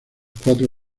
cuatro